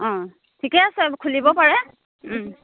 অঁ ঠিকে আছে খুলিব পাৰে